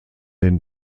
den